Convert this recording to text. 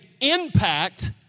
impact